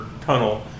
tunnel